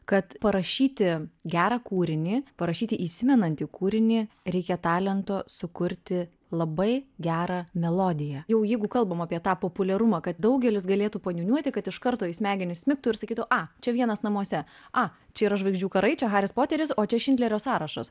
kad parašyti gerą kūrinį parašyti įsimenantį kūrinį reikia talento sukurti labai gerą melodiją jau jeigu kalbame apie tą populiarumą kad daugelis galėtų paniūniuoti kad iš karto į smegenis smigtų ir sakytų a čia vienas namuose a čia yra žvaigždžių karai čia haris poteris o čia šindlerio sąrašas